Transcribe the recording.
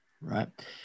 Right